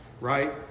Right